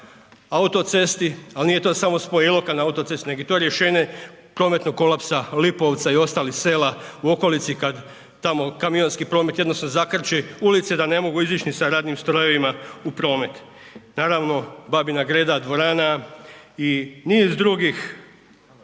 autocesti, ali nije to samo spoj Iloka na autocestu nego je to rješenje prometnog kolapsa Lipovca i ostalih sela u okolici kada tamo kamionski promet jednostavno zakrči ulice da ne mogu izić ni sa radnim strojevima u promet. Naravno, Babina Greda dvorana i niz drugih